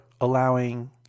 allowing